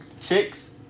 Chicks